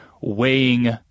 weighing